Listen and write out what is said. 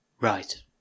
Right